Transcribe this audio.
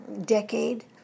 decade